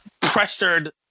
pressured